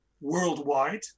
worldwide